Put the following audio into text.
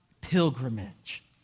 pilgrimage